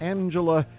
Angela